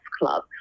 Club